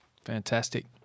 Fantastic